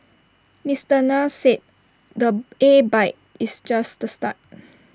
Mister Nair said the A bike is just the start